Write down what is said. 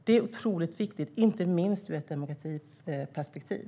Det är otroligt viktigt, inte minst ur ett demokratiperspektiv.